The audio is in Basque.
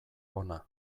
hona